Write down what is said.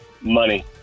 Money